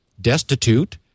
destitute